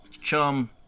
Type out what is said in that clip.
chum